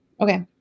Okay